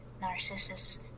Narcissus